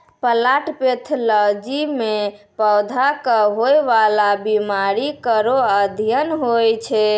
plant pathology म पौधा क होय वाला बीमारी केरो अध्ययन होय छै